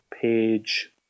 page